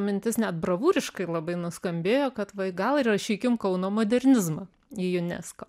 mintis net bravūriškai labai nuskambėjo kad gal įrašykim kauno modernizmą į unesco